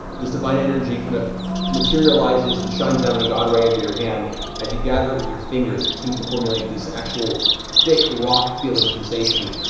this divine energy kind of materializes and shines down in a god ray and onto your hand as you gather it with your fingers, it seems to formulate this actual thick rock feeling sensation.